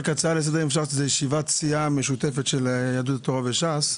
אם אפשר לעשות ישיבת סיעה משותפת של יהדות התורה וש"ס,